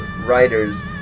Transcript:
writers